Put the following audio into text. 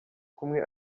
kumwe